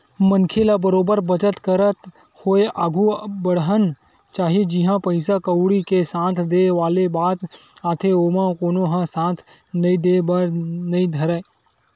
मनखे ल बरोबर बचत करत होय आघु बड़हना चाही जिहाँ पइसा कउड़ी के साथ देय वाले बात आथे ओमा कोनो ह साथ नइ देय बर नइ धरय